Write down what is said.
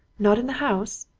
not in the house?